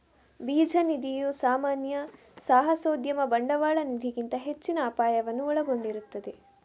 ಬೀಜ ನಿಧಿಯು ಸಾಮಾನ್ಯ ಸಾಹಸೋದ್ಯಮ ಬಂಡವಾಳ ನಿಧಿಗಿಂತ ಹೆಚ್ಚಿನ ಅಪಾಯವನ್ನು ಒಳಗೊಂಡಿರುತ್ತದೆ